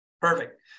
Perfect